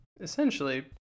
essentially